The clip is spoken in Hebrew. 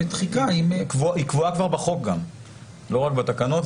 היא כבר קבועה בחוק, לא רק בתקנות.